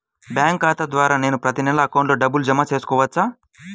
Bank ఖాతా ద్వారా నేను ప్రతి నెల అకౌంట్లో డబ్బులు జమ చేసుకోవచ్చా?